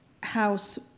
house